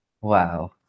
wow